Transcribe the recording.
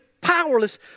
powerless